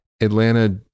Atlanta